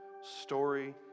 Story